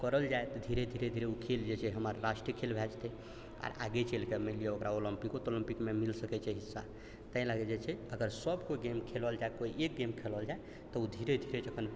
आ करल जाइ धीरे धीरे ओ खेल जे छै हमर राष्ट्रीय खेल भए जेतै आ आगे चलि कऽ मानि लिअ ओकरा ओलम्पिको तोलम्पिक मे मिल सकै छै हिस्सा ताहि लएकऽ जे छै अगर सभ कोइ गेम खेलल जाइ कोइ एक गेम खेलल जाइ तऽ ओ धीरे धीरे जखन